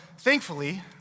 Thankfully